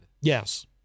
Yes